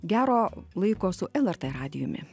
gero laiko su lrt radijumi